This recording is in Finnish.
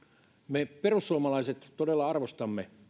me perussuomalaiset todella arvostamme